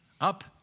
up